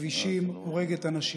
בכבישים הורגת אנשים.